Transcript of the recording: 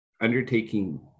undertaking